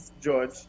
george